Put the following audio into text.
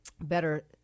better